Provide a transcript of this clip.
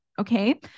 Okay